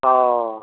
औ